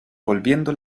volviendo